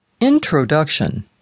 INTRODUCTION